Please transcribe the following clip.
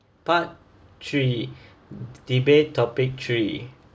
part three debate topic three